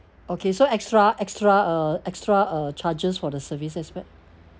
okay so extra extra uh extra uh charges for the service as well